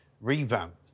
revamp